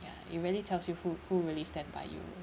ya it really tells you who who really stand by you